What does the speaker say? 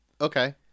Okay